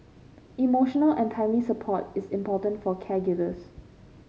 emotional and timely support is important for caregivers